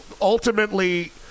ultimately